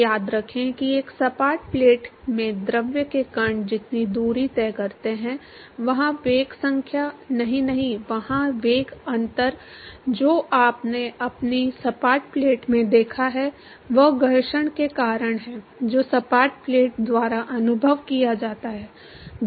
तो याद रखें कि एक सपाट प्लेट में द्रव के कण जितनी दूरी तय करते हैं वहां वेग संख्या नहीं नहीं वहाँ वेग अंतर जो आपने अपनी सपाट प्लेट में देखा है वह घर्षण के कारण है जो सपाट प्लेट द्वारा अनुभव किया जाता है